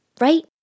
right